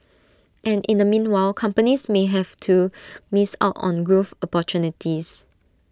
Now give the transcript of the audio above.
and in the meanwhile companies may have to miss out on growth opportunities